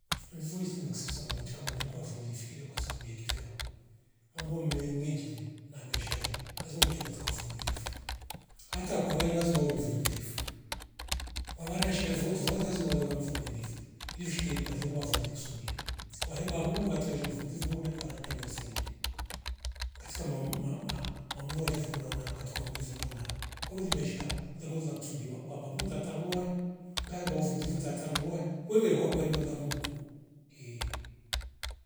Ftwe ivoi insi sukama chikama likwavo li fikria kwasabu yekivela mambo mmengichire na meshale lazima uwite katika ufumilifu hata kwa wayu lazima uwe mfumilifu. Kwa vara shida zo tafouti tafouti lazima ule vamfumilifu ili vishike malingwa voli kusudia kwahemba mungu katika zshuwe vumilvu nungunde kwaruta ni ya saidi katika mwam ma- ma- mamvolia fo nauna wakati kuvumilivu louna kwewe limeshika liongozi lakusudiwa kwamba vu ntata muwa ngae mbovu unjivu tata nzuwa wewe uvwa kwema ni za mungu ehh